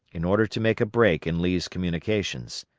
in order to make a break in lee's communications.